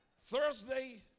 Thursday